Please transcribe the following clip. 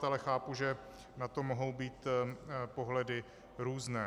Ale chápu, že na to mohou být pohledy různé.